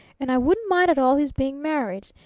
and i wouldn't mind at all his being married.